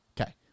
Okay